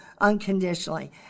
unconditionally